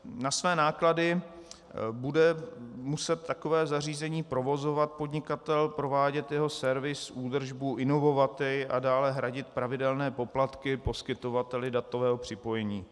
Na své náklady bude muset takové zařízení provozovat podnikatel, provádět jeho servis, údržbu, inovovat je a dále hradit pravidelné poplatky poskytovateli datového připojení.